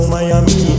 Miami